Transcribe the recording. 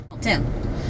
ten